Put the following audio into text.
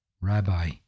Rabbi